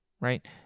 right